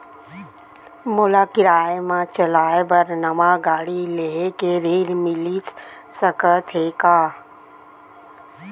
मोला किराया मा चलाए बर नवा गाड़ी लेहे के ऋण मिलिस सकत हे का?